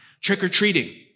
Trick-or-treating